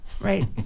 right